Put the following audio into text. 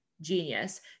genius